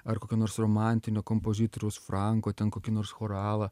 ar kokio nors romantinio kompozitoriaus franko ten kokį nors choralą